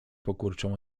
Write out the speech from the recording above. pokurczą